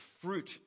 fruit